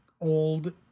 old